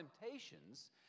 temptations